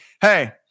Hey